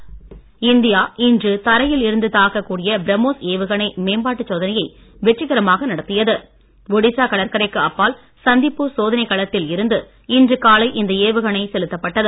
BrahMos India இன்று தரையில் இருந்து தாக்க கூடிய பிரமோஸ் ஏவுகணை மேம்பாட்டு சோதனையை வெற்றிகரமாக நடத்தியது ஒடிசா கடற்கரைக்கு அப்பால் சந்தீப்பூர் சோதனை களத்தில் இருந்து இன்று காலை இந்த ஏவுகணை செலுத்தப்பட்டது